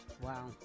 Wow